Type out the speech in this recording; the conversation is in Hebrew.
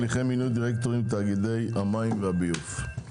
הליכי מינוי דירקטורים בתאגידי המים והביוב.